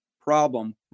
problem